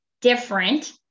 different